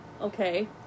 okay